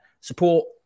support